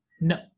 No